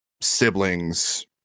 siblings